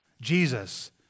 Jesus